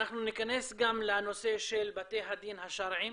אנחנו ניכנס גם לנושא של בתי הדין השרעיים.